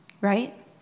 Right